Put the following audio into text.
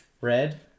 Red